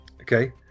Okay